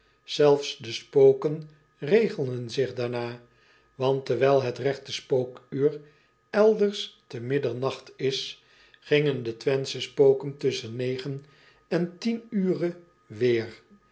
elfs de spoken regelden zich daarnaar want terwijl het regte spookuur elders te middernacht is gingen de wenthsche spoken tusschen negen en tien ure weêr